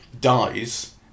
dies